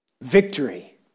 Victory